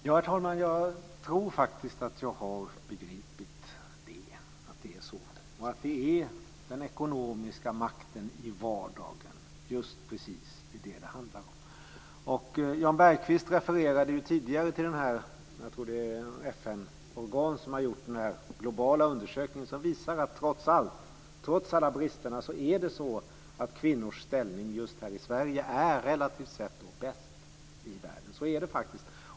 Herr talman! Jag tror faktiskt att jag har begripit att det är så och att det är den ekonomiska makten i vardagen som det handlar om. Jan Bergqvist refererade tidigare till ett FN-organ som har gjort en global undersökning som visar att det trots alla brister är det så att kvinnors ställning här i Sverige relativt sett är bäst i världen. Så är det faktiskt.